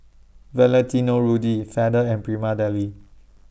Valentino Rudy Feather and Prima Deli